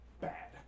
bad